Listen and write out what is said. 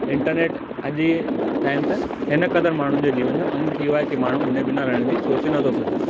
internet अॼ जे time ते हिन क़द्र माण्हुनि जे जीवन यो अंग थी वियो आहे की माण्हू हुन जे बिना रहण जी सोचे नथो सघे